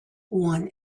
one